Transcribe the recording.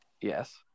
Yes